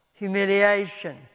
humiliation